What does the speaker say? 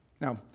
Now